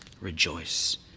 rejoice